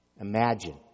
imagine